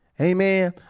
Amen